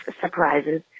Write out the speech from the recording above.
surprises